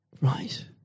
Right